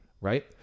right